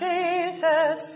Jesus